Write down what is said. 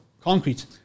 concrete